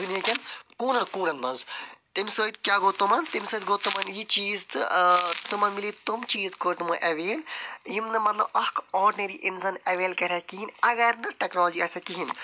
دُنہِکٮ۪ن کوٗنن کوٗنن منٛز اَمہِ سۭتۍ کیٛاہ گوٚو تِمَن تَمہِ سۭتۍ گوٚو تِمَن یہِ چیٖز تہٕ تِمَن مِلے تِم چیٖز کٔر تِمو اٮ۪ویل یِم نہِ مطلب اکھ آڈنٔری انسان اٮ۪ویل کَرِہا کِہیٖنۍ اگر نہٕ ٹٮ۪کنالجی آسہِ ہا کِہیٖنۍ